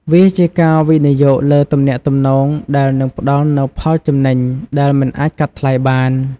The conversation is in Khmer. វាជាការវិនិយោគលើទំនាក់ទំនងដែលនឹងផ្តល់នូវផលចំណេញដែលមិនអាចកាត់ថ្លៃបាន។